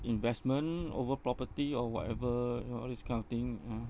investment over property or whatever you know all this kind of thing uh